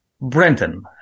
Brenton